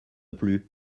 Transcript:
plus